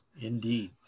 Indeed